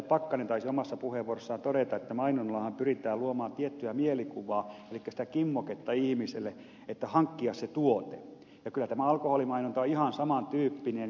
pakkanen taisi omassa puheenvuorossaan todeta mainonnallahan pyritään luomaan tiettyä mielikuvaa elikkä sitä kimmoketta ihmiselle hankkia se tuote ja kyllä tämä alkoholimainonta on ihan saman tyyppinen